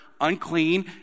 unclean